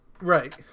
Right